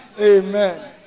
amen